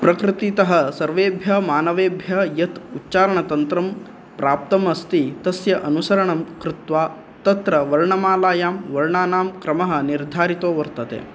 प्रकृतितः सर्वेभ्यः मानवेभ्यः यत् उच्चारणतन्त्रं प्राप्तम् अस्ति तस्य अनुसरणं कृत्वा तत्र वर्णमालायां वर्णानां क्रमः निर्धारितो वर्तते